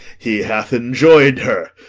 he hath enjoy'd her.